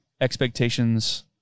expectations